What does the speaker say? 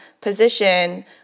position